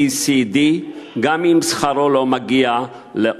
B, C, D, גם אם שכרו אינו מגיע ל-OECD,